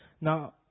Now